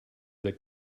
that